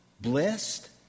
Blessed